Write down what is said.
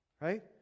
Right